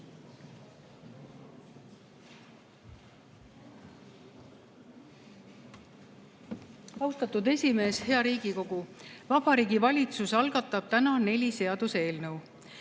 Austatud esimees! Hea Riigikogu! Vabariigi Valitsus algatab täna neli seaduseelnõu.